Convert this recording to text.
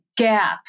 Gap